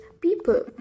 people